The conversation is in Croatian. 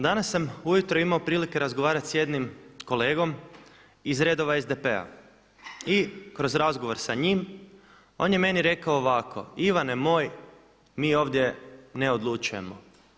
Danas sam ujutro imao prilike razgovarati s jednim kolegom iz redova SDP-a i kroz razgovor sa njim on je meni rekao ovako, Ivane moj mi ovdje ne odlučujemo.